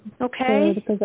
Okay